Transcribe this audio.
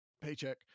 paycheck